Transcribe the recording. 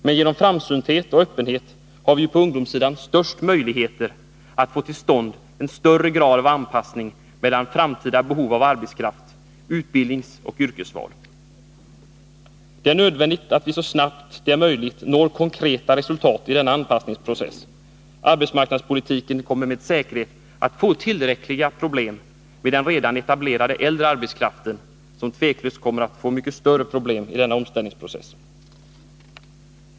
Men genom framsynthet och öppenhet har vi på ungdomssidan de största möjligheterna att få till stånd en högre grad av anpassning mellan framtida behov av arbetskraft samt utbildningsoch yrkesval. Det är nödvändigt att vi så snabbt det är möjligt når konkreta resultat i denna anpassningsprocess. Arbetsmarknadspolitiken kommer med all säkerhet att få tillräckligt med problem med den redan etablerade arbetskraften, som utan tvivel kommer att få mycket större bekymmer i denna omställningsprocess.